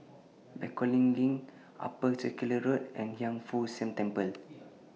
Bencoolen LINK Upper Circular Road and Hiang Foo Siang Temple